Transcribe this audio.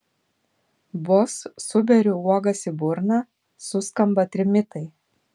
vos suberiu uogas į burną suskamba trimitai